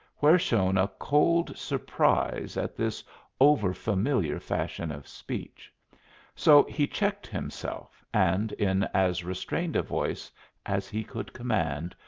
where shone a cold surprise at this over-familiar fashion of speech so he checked himself, and, in as restrained a voice as he could command,